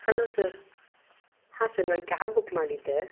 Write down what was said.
hello sir ಹಾಂ sir ನಾನು cab book ಮಾಡಿದ್ದೆ